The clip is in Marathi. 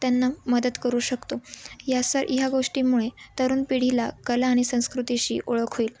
त्यांना मदत करू शकतो या सर ह्या गोष्टींमुळे तरुण पिढीला कला आणि संस्कृतीशी ओळख होईल